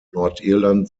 nordirland